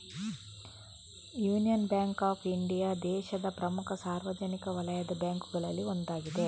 union bank of India ದೇಶದ ಪ್ರಮುಖ ಸಾರ್ವಜನಿಕ ವಲಯದ ಬ್ಯಾಂಕುಗಳಲ್ಲಿ ಒಂದಾಗಿದೆ